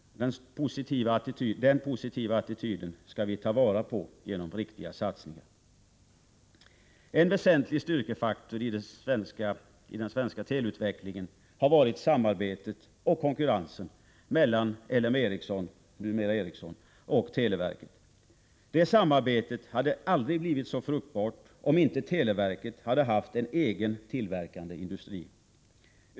Den positiva attityden skall vi ta vara på genom riktiga satsningar. En väsentlig styrkefaktor i den svenska teleutvecklingen har varit samarbetet — och konkurrensen — mellan L M Ericsson, numera Ericsson, och televerket. Det samarbetet hade aldrig blivit så fruktbart om inte televerket hade haft en egen tillverkande industri.